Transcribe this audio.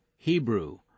Hebrew